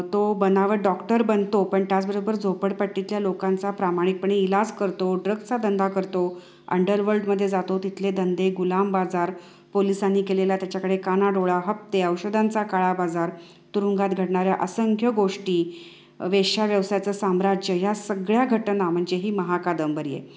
तो बनाव डॉक्टर बनतो पण त्याचबरोबर झोपडपट्टीतल्या लोकांचा प्रामाणिकपणे इलाज करतो ड्रग्सचा धंदा करतो अंडरवर्ल्डमध्ये जातो तिथले धंदे गुलाम बाजार पोलिसांनी केलेला त्याच्याकडे कानाडोळा हप्ते औषधांचा काळा बाजार तुरुंगात घडणाऱ्या असंख्य गोष्टी वेश्या व्यवसायाचं साम्राज्य या सगळ्या घटना म्हणजे ही महाकादंबरी आहे